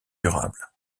durable